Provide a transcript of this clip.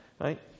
right